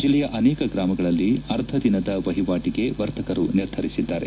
ಜಿಲ್ಲೆಯ ಅನೇಕ ಗ್ರಾಮಗಳಲ್ಲಿ ಅರ್ಧ ದಿನದ ವಹಿವಾಟಗೆ ವರ್ತಕರು ನಿರ್ಧರಿಸಿದ್ದಾರೆ